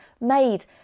made